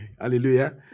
Hallelujah